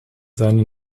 seine